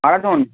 Haradhan